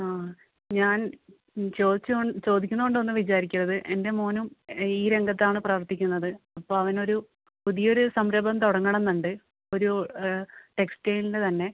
ആ ഞാൻ ചോദിച്ച് ചോദിക്കുന്നത് കൊണ്ടൊന്നും വിചാരിക്കരുത് എൻ്റെ മോനും ഈ രംഗത്താണ് പ്രവർത്തിക്കുന്നത് അപ്പം അവനൊരു പുതിയൊരു സംരഭം തുടങ്ങണമെന്നുണ്ട് ഒരു ടെക്സ്റ്റൈൽൻ്റെ തന്നെ